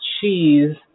cheese